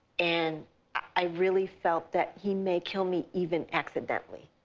and i really felt that he may kill me even accidentally,